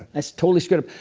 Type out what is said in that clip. i so totally screwed up.